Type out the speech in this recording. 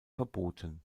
verboten